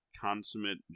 consummate